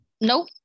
Nope